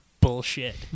bullshit